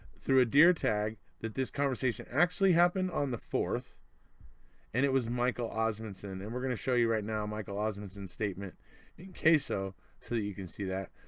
through a deer tag, that this conversation actually happened on the fourth and it was michael osmunson, and we're going to show you right now, michael osmunson's statement in caso so you can see that.